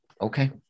Okay